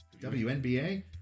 WNBA